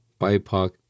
BIPOC